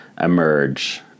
emerge